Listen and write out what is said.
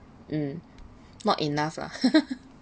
mm not enough lah